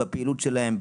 בפעילות שלהם,